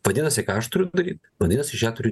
vadinasi ką aš turiu daryt vadinasi aš ją turiu